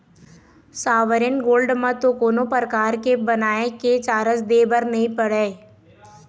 sovereign gold म तो कोनो परकार के बनाए के चारज दे बर नइ पड़य